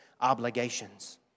obligations